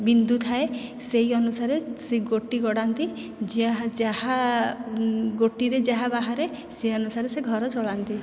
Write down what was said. ବିନ୍ଦୁ ଥାଏ ସେହି ଅନୁସାରେ ସେ ଗୋଟି ଗଡ଼ାନ୍ତି ଯାହା ଯାହା ଗୋଟିରେ ଯାହା ବାହାରେ ସେହି ଅନୁସାରେ ସେ ଘର ଚଳାନ୍ତି